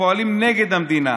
שפועלים נגד המדינה,